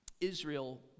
Israel